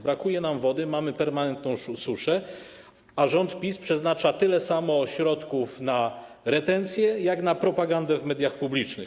Brakuje nam wody, mamy permanentną suszę, a rząd PiS przeznacza tyle samo środków na retencję, co na propagandę w mediach publicznych.